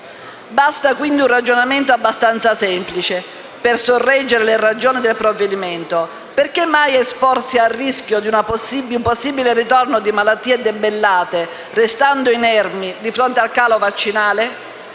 Basta, quindi, un ragionamento abbastanza semplice, per sorreggere le ragioni del provvedimento: perché mai esporsi al rischio di un possibile ritorno di malattie debellate, restando inermi di fronte al calo vaccinale?